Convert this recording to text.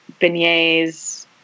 beignets